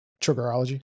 Triggerology